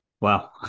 Wow